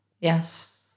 yes